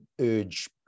urge